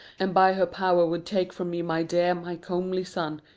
and by her power would take from me my dear, my comely son.